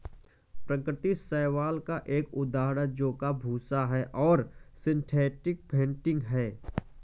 प्राकृतिक शैवाल का एक उदाहरण जौ का भूसा है और सिंथेटिक फेंटिन है